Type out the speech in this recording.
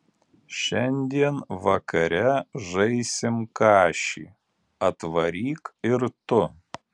šiandien vakare žaisim kašį atvaryk ir tu